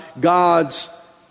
God's